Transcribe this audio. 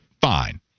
Fine